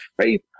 faith